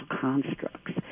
constructs